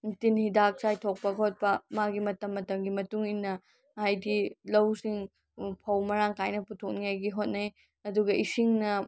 ꯇꯤꯟ ꯍꯤꯗꯥꯛ ꯆꯥꯏꯊꯣꯛꯄ ꯈꯣꯠꯄ ꯃꯥꯒꯤ ꯃꯇꯝ ꯃꯇꯝꯒꯤ ꯃꯇꯨꯡꯏꯟꯅ ꯍꯥꯏꯗꯤ ꯂꯧꯁꯤꯡ ꯐꯧ ꯃꯔꯥꯡ ꯀꯥꯏꯅ ꯄꯨꯊꯣꯛꯅꯤꯉꯥꯏꯒꯤ ꯍꯣꯠꯅꯩ ꯑꯗꯨꯒ ꯏꯁꯤꯡꯅ